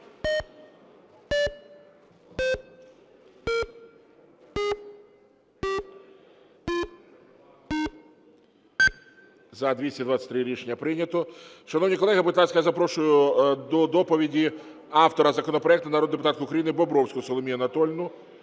За-223 Рішення прийнято. Шановні колеги, будь ласка, я запрошую до доповіді автора законопроекту – народну депутатку України Бобровську Соломію Анатоліївну.